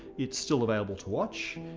it's still avaialble to watch.